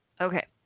Okay